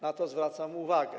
Na to zwracam uwagę.